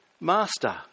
master